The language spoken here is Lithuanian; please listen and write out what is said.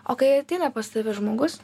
o kai ateina pas tave žmogus